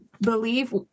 believe